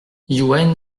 youenn